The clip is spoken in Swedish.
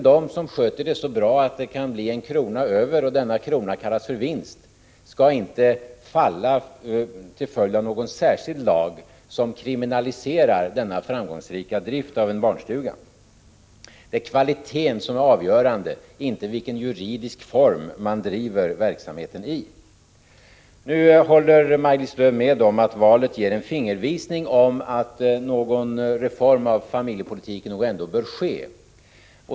De som sköter det så bra att det kan bli någon krona över, och denna krona kallas för vinst, skall inte falla under någon särskild lag som kriminaliserar denna framgångsrika drift av en barnstuga. Det är kvaliteten som är avgörande och inte i vilken juridisk form man driver verksamheten. Nu håller Maj-Lis Lööw med om att valet ger en fingervisning om att någon reform av familjepolitiken nog ändå bör ske.